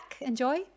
enjoy